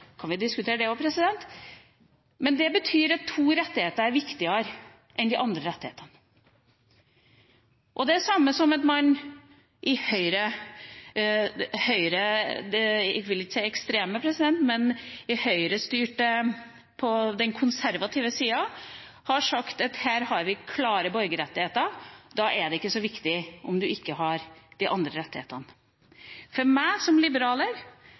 kan diskutere det òg, men det betyr at to rettigheter er viktigere enn de andre rettighetene. Det er det samme som at man i høyrestyrte land – jeg vil ikke si ekstreme, men på den konservative sida – har sagt at her har man klare borgerrettigheter, og da er det ikke så viktig om man ikke har de andre rettighetene. For meg som liberaler,